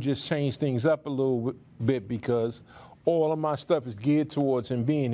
just change things up a little bit because all of my stuff is geared towards him being